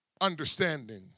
understanding